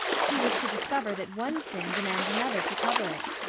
he was to discover that one sin demands another to cover it.